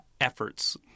efforts